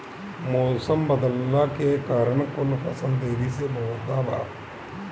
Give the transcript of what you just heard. मउसम बदलला के कारण कुल फसल देरी से बोवात बा